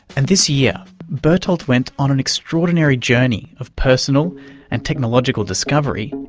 and this year, bertolt went on an extraordinary journey of personal and technological discovery,